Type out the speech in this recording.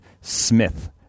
Smith